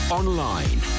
online